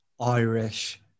Irish